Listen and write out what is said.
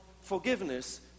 forgiveness